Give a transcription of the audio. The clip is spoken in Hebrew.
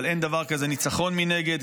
אבל אין דבר כזה ניצחון מנגד.